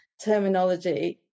terminology